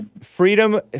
freedom